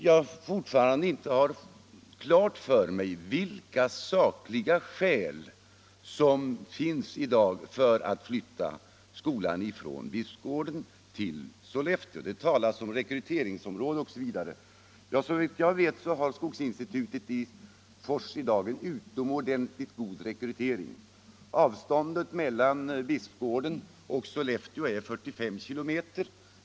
Jag har ännu inte fått klart för mig vilka sakliga skäl som finns för att flytta skolan från Bispgården till Sollefteå. Det talas om rekryteringsområde osv. Såvitt jag vet har skogsinstitutet i Fors i dag en utomordentligt god rekrytering. Avståndet mellan Bispgården och Sollefteå är 45 km.